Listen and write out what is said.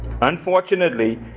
Unfortunately